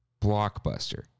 blockbuster